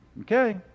okay